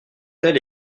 tel